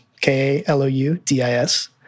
K-A-L-O-U-D-I-S